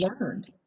learned